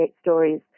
stories